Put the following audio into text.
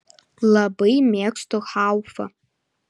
labai mėgstu haufą